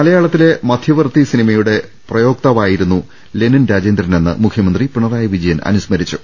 മലയാളത്തിലെ മധ്യവർത്തി സിനിമയുടെ പ്രയോക്താവായി രുന്നു ലെനിൻ രാജേന്ദ്രൻ എന്ന് മുഖ്യമന്ത്രി പിണറായി വിജയൻ അനു സ്മരിച്ചു